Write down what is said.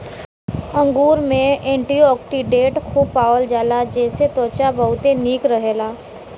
अंगूर में एंटीओक्सिडेंट खूब पावल जाला जेसे त्वचा बहुते निक रहेला